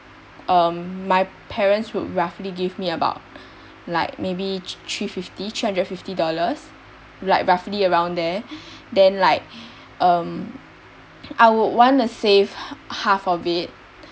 um my parents would roughly give me about like maybe thr~ three fifty three hundred fifty dollars like roughly around there then like um I would wanna save ha~ half of it